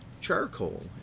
charcoal